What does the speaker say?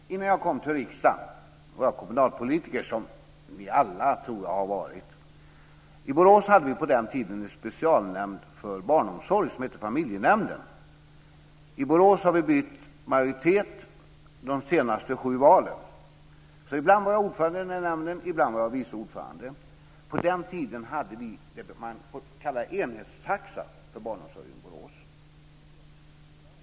Fru talman! Innan jag kom till riksdagen var jag kommunalpolitiker, något som jag tror att vi alla här har varit. I Borås hade vi på den tiden en specialnämnd för barnomsorg som hette familjenämnden. I Borås har vi bytt majoritet i de senaste sju valen, så ibland var jag ordförande i denna nämnd, ibland vice ordförande. På den tiden hade vi det man kallar enhetstaxa för barnomsorgen i Borås.